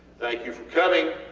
thank you for coming.